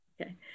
Okay